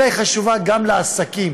אלא חשובה גם לעסקים,